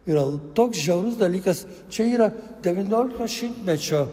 yra toks žiaurus dalykas čia yra devyniolikto šimtmečio